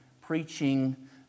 preaching